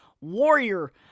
Warrior